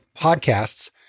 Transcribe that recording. podcasts